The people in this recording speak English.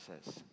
says